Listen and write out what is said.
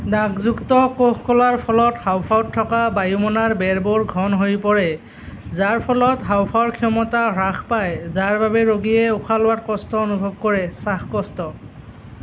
দাগযুক্ত কোষকলাৰ ফলত হাঁওফাঁওত থকা বায়ুমোনাৰ বেৰবোৰ ঘন হৈ পৰে যাৰ ফলত হাঁওফাঁওৰ ক্ষমতা হ্ৰাস পায় যাৰ বাবে ৰোগীয়ে উশাহ লোৱাত কষ্ট অনুভৱ কৰে শ্বাসকষ্ট